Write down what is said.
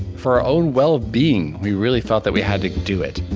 for our own well being, we really felt that we had to do it.